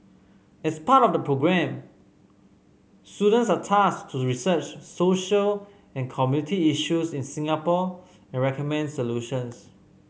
as part of the programme students are tasked to research social and community issues in Singapore and recommend solutions